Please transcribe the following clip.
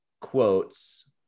quotes